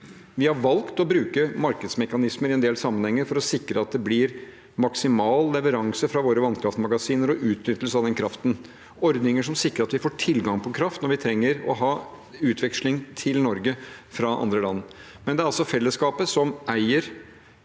Vi har valgt å bruke markedsmekanismer i en del sammenhenger for å sikre at det blir maksimal leveranse fra våre vannkraftmagasiner og utnyttelse av kraften. Det er ordninger som sikrer at vi får tilgang til kraft når vi trenger å ha utveksling til Norge fra andre land. Det er fellesskapet som i